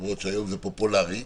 למרות שהיום זה פופולרי,